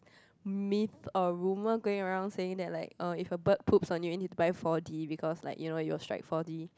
myth or rumour going around saying that like uh if a bird poops on you you need to buy four-D because like you know you will strike four-D